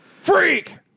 Freak